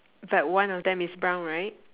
but one of them is brown right